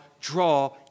draw